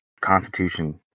constitution